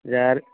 ꯌꯥꯔꯦ